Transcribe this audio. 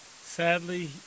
Sadly